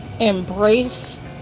embrace